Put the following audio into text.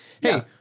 hey